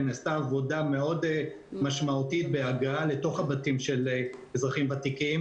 נעשתה עבודה משמעותית מאוד בהגעה לתוך הבתים של אזרחים ותיקים,